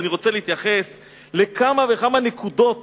ואני רוצה להתייחס לכמה וכמה נקודות